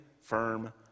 firm